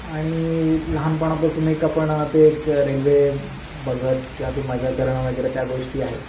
आणि लहानपणापासून एक आपण ते एक रेल्वे बघत किंवा ते मजा करणं वगैरे त्या गोष्टी आहेत